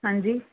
हां जी